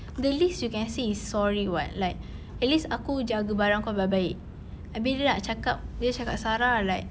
the least you can say is sorry [what] like at least aku jaga barang kau baik-baik habis dia nak cakap dia cakap sarah like